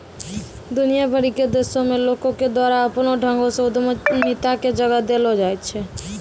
दुनिया भरि के देशो मे लोको के द्वारा अपनो ढंगो से उद्यमिता के जगह देलो जाय छै